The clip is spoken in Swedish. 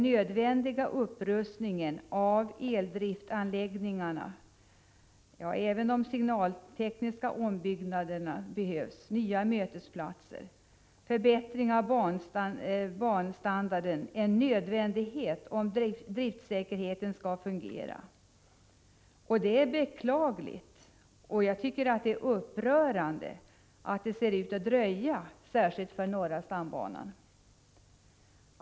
En upprustning av eldriftsanläggningarna och en förbättring av banstandarden är en nödvändighet för driftsäkerheten. Även signaltekniska ombyggnader och nya mötesplatser behövs. Det är beklagligt och upprörande att det ser ut att dröja, särskilt när det gäller norra stambanan.